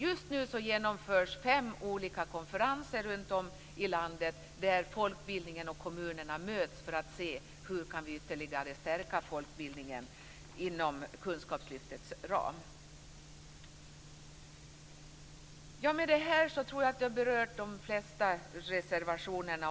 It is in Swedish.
Just nu genomförs fem olika konferenser runt om i landet, där folkbildningen och kommunerna möts för att se hur man ytterligare kan stärka folkbildningen inom kunskapslyftets ram. Med det här har jag berört de flesta reservationerna.